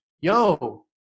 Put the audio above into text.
yo